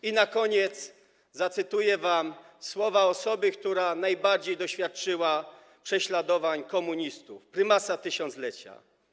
I na koniec zacytuję wam słowa osoby, która najmocniej doświadczyła prześladowań komunistów, prymasa tysiąclecia.